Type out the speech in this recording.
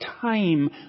time